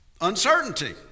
uncertainty